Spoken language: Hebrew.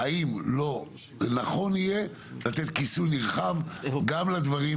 האם לא נכון יהיה לתת כיסוי נרחב גם לדברים